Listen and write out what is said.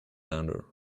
slander